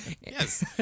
Yes